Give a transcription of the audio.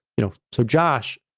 you know so josh,